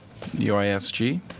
UISG